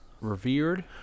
revered